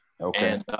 Okay